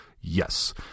Yes